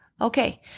okay